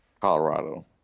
colorado